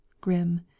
Grim